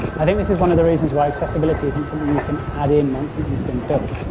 i think this is one of the reasons why accessibility isn't something you can add in once something has been built.